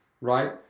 Right